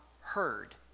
heard